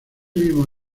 mismo